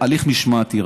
הליך משמעתי.